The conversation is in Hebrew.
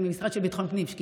מהמשרד לביטחון הפנים.